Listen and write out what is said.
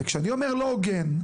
וכשאני אומר לא הוגן,